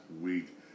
week